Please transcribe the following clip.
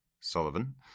Sullivan